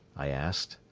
i asked.